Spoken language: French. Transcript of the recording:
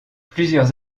plusieurs